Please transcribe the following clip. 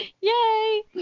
yay